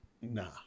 Nah